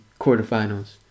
quarterfinals